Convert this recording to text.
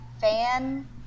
fan